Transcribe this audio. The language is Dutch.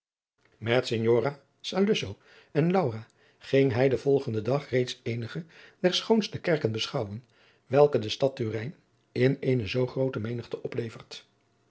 saluzzo en laura ging hij den volgenden dag reeds eenige der schoonste kerken beschouwen welke de stad turin in eene zoo groote menigte oplevert